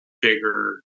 bigger